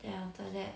then after that